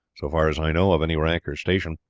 so far as i know, of any rank or station.